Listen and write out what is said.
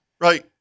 Right